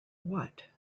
what